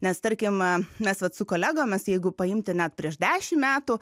nes tarkim mes vat su kolegomis jeigu paimti net prieš dešim metų